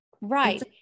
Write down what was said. right